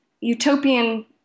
utopian